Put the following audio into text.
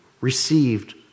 received